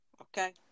Okay